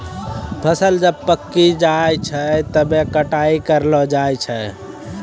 फसल जब पाक्की जाय छै तबै कटाई करलो जाय छै